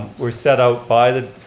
were set out by the,